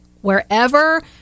wherever